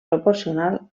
proporcional